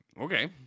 Okay